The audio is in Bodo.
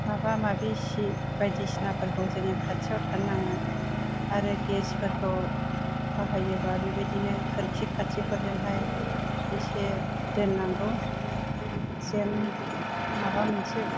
माबा माबि सि बायदिसिनाफोरखौ जोङो खाथियाव थानो नाङा आरो गेसफोरखौ बाहायोबा बेबायदिनो खोरखि खाथिफोरजोंहाय इसे दोननांगौ जेन माबा मोनसे